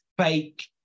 Fake